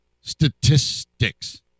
statistics